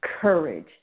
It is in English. courage